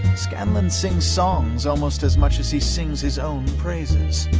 scanlan sings songs almost as much as he sings his own praises.